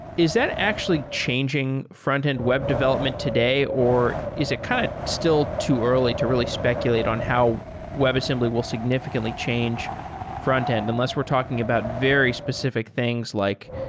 is that actually changing frontend web development today or is it kind of still too early to really speculate on how web assembly will significantly change frontend, unless we're talking about very specific things like